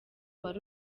wari